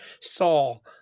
Saul